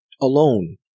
alone